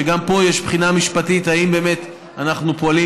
וגם פה יש בחינה משפטית אם באמת אנחנו פועלים